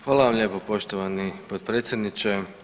Hvala vam lijepo poštovani potpredsjedniče.